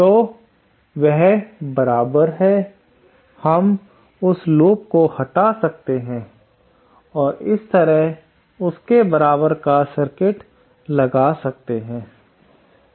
तब वह बराबर है हम उस लूप को हटा सकते हैं और इस तरह उसके बराबर का सर्किट लगा सकते हैं